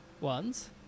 ones